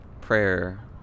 prayer